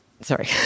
sorry